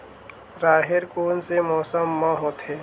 राहेर कोन से मौसम म होथे?